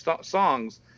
songs